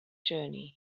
journey